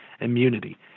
immunity